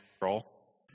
control